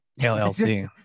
LLC